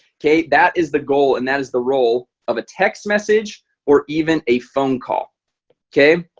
okay, that is the goal and that is the role of a text message or even a phone call okay,